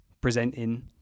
presenting